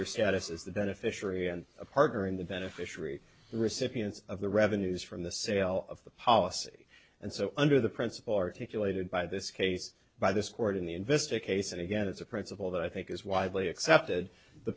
their status as the beneficiary and a partner in the beneficiary recipients of the revenues from the sale of the policy and so under the principle articulated by this case by this court in the investor case and again it's a principle that i think is widely accepted the